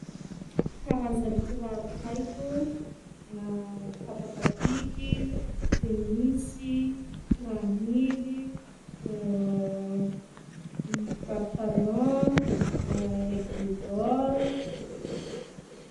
Karazany kiraro haiko kapa kapiky tenisy, kiranily, kiraro talon, aigle d'or.